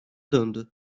döndü